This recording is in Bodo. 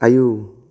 आयौ